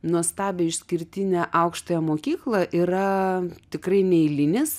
nuostabią išskirtinę aukštąją mokyklą yra tikrai neeilinis